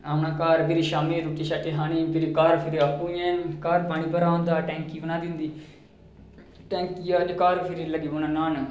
औना घर फिर शामी रूट्टी शाटी खानी फिर घर फिर आपूं इयां घर पानी भरा दा होंदा टैंकी बनाई दी होंदी टैंकिया च घर फिर लग्गी पौना न्हान